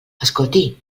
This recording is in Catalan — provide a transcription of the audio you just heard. escolti